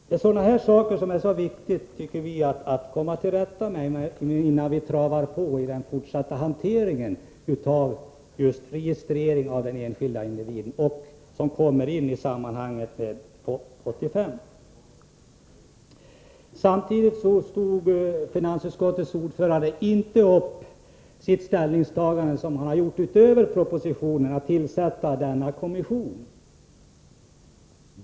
Vi tycker det är viktigt att komma till rätta med sådana här saker, innan man travar på i den fortsatta hanteringen med registrering av just den enskilde individen, dvs. den som blir aktuell i FoB 85. Finansutskottets ordförande tog inte upp det ställningstagande som han har gjort utöver propositionen och som går ut på att tillsätta en kommission.